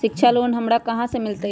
शिक्षा लोन हमरा कहाँ से मिलतै?